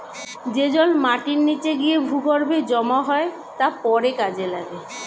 যে জল মাটির নিচে গিয়ে ভূগর্ভে জমা হয় তা পরে কাজে লাগে